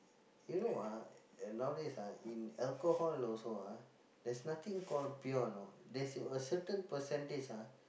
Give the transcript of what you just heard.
you know ah nowadays ah in alcohol also ah there's nothing called pure you know there's a certain percentage ah